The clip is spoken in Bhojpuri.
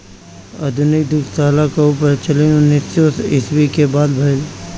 आधुनिक दुग्धशाला कअ प्रचलन उन्नीस सौ ईस्वी के बाद भइल